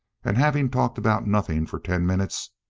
and having talked about nothing for ten minutes,